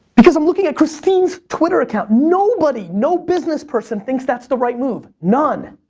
because i'm looking at christin's twitter account. nobody, no businessperson thinks that's the right move. none.